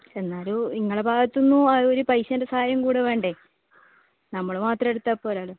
എന്നാലും നിങ്ങളെ ഭാഗത്തുനിന്നും ഒരു പൈസേൻ്റെ സഹായം കൂടി വേണ്ടേ നമ്മൾ മാത്രം എടുത്താൽ പോരല്ലോ